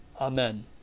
Amen